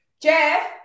Jeff